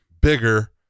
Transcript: bigger